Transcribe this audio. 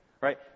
right